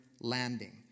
landing